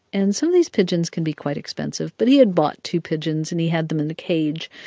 and some of these pigeons can be quite expensive. but he had bought two pigeons, and he had them in the cage.